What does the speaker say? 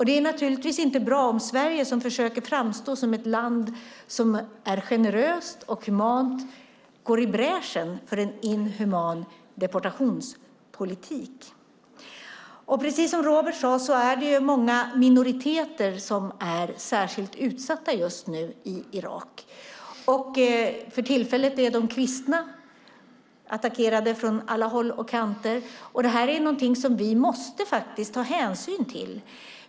Det är naturligtvis inte bra om Sverige, som försöker framstå som ett land som är generöst och humant går i bräschen för en inhuman deportationspolitik. Som Robert sade är många minoriteter särskilt utsatta i Irak just nu. För tillfället är de kristna attackerade från alla håll och kanter. Det är något som vi måste ta hänsyn till.